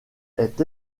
est